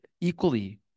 equally